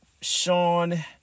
Sean